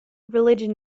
religion